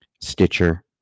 stitcher